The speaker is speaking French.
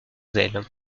zèle